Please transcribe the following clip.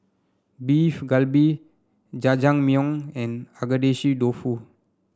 Beef Galbi Jajangmyeon and Agedashi Dofu